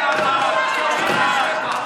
כל הזמן, אין לו.